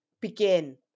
begin